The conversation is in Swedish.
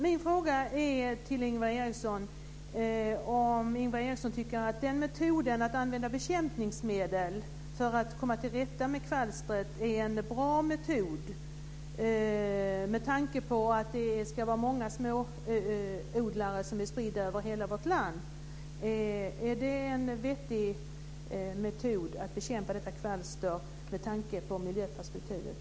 Min fråga är: Tycker Ingvar Eriksson att metoden att använda bekämpningsmedel för att komma till rätta med kvalstret är en bra metod, med tanke på att det ska vara många små odlare som är spridda över hela vårt land? Är det en vettig metod att bekämpa detta kvalster, med tanke på miljöperspektivet?